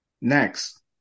Next